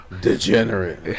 degenerate